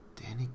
Danny